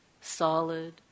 solid